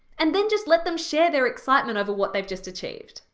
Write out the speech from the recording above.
and then just let them share their excitement over what they've just achieved.